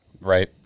right